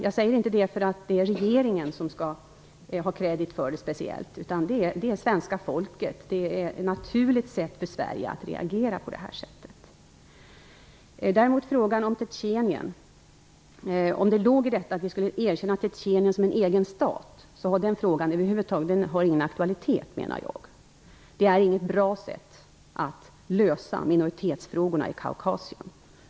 Jag säger inte det därför att regeringen skall ha särskild credit för det. Det gäller svenska folket. Det är naturligt för Sverige att reagera på det här sättet. Så till frågan om Tjetjenien. Om det låg i detta att vi skall erkänna Tjetjenien som en egen stat, så har den frågan ingen aktualitet. Det är inget bra sätt att lösa minoritetsfrågorna i Kaukasien på.